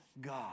God